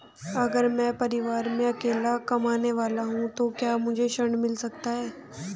अगर मैं परिवार में अकेला कमाने वाला हूँ तो क्या मुझे ऋण मिल सकता है?